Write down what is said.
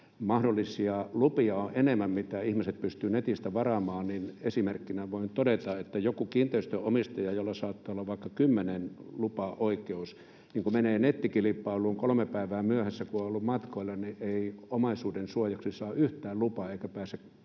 mahdollisia lupia on enemmän, joita ihmiset pystyvät netistä varaamaan, ja esimerkkinä voin todeta, että kun joku kiinteistönomistaja, jolla saattaa olla vaikka kymmeneen lupaoikeus, menee nettikilpailuun kolme päivää myöhässä, kun on ollut matkoilla, niin ei omaisuudensuojaksi saa yhtään lupaa eikä pääse kalastamaan